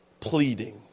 pleading